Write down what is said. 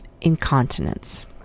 incontinence